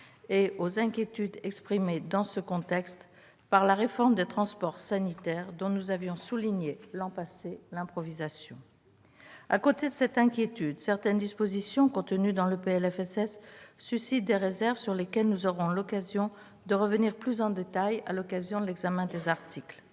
et aux inquiétudes suscitées, dans ce contexte, par la réforme des transports sanitaires, dont nous avions souligné, l'an passé, l'improvisation ? À côté de cette inquiétude, certaines dispositions contenues dans le PLFSS suscitent des réserves sur lesquelles nous aurons l'occasion de revenir plus en détail lors de l'examen des articles.